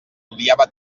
odiava